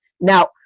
Now